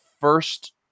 first